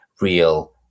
real